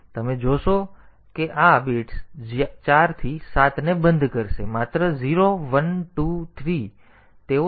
તેથી તમે જોશો કે આ 0 બિટ્સ 4 થી 7 ને બંધ કરશે માત્ર 0 1 2 3 ત્યાં તેઓ ત્યાં હશે